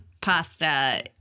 pasta